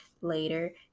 later